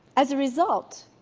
as a result,